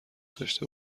داشته